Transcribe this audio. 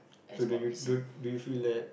so do you do do you feel that